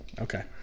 Okay